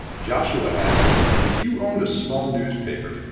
joshua asks if you owned a small newspaper,